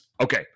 Okay